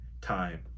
time